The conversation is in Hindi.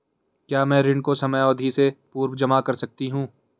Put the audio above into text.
क्या मैं ऋण को समयावधि से पूर्व जमा कर सकती हूँ?